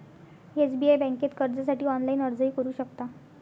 SBI बँकेत कर्जासाठी online अर्जही करू शकता